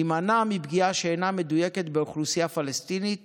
להימנע מפגיעה שאינה מדויקת באוכלוסייה פלסטינית